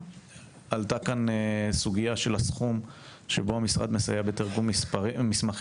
עלתה סוגיה של הסכום שבו משרד העלייה והקליטה מסייע בתרגום מסמכים,